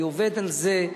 אני עובד על זה.